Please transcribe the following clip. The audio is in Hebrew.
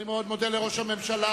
אני מאוד מודה לראש הממשלה.